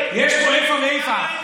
יש פה איפה ואיפה.